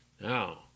Now